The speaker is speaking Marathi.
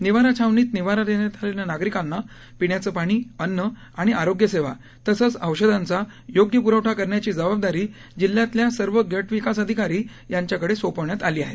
निवारा छावनीत निवारा देण्यात आलेल्या नागरिकांना पिण्याचं पाणी अन्न आणि आरोग्य सेवा तसंच औषधांचा योग्य प्रवठा करण्याची जबाबदारी जिल्ह्यातल्या सर्व गटविकास अधिकारी यांच्याकडे सोपविण्यात आली आहे